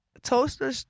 Toaster